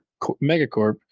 megacorp